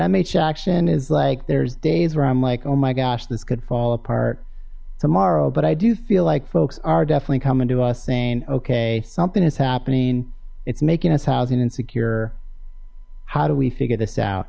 mh action is like there's days where i'm like oh my gosh this could fall apart tomorrow but i do feel like folks are definitely coming to us saying okay something is happening it's making us housing and secure how do we figure this out